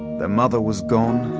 their mother was gone,